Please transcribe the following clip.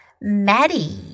Maddie